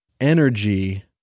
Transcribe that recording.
energy